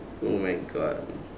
oh my god